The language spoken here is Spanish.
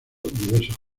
diversos